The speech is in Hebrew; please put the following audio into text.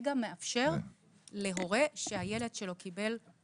- כרגע מאפשר להורה שהילד שלו קיבל קצבת נכות.